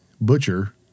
butcher